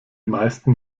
meisten